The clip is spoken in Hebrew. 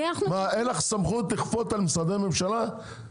מה, אין לך סמכות לכפות על משרדי ממשלה?